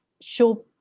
show